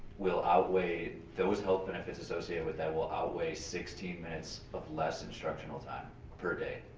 will outweigh those health benefits associated with, that will outweigh sixteen minutes of less instructional time per day?